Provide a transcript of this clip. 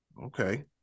Okay